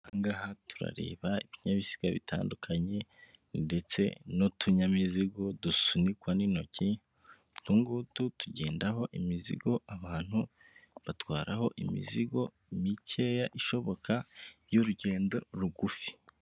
Aha ngaha turareba ibinyabiziga bitandukanye ndetse n'utunyamizigo dusunikwa n'intoki, utungutu tugendaho imizigo, abantu batwaraho imizigo mikeya ishoboka y'urugendo rugufi.